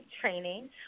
training